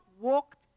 walked